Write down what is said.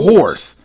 Horse